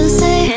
say